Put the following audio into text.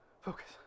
Focus